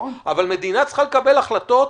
אבל מדינה צריכה לקבל החלטות